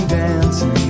dancing